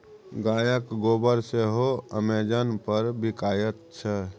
गायक गोबर सेहो अमेजन पर बिकायत छै